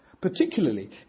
particularly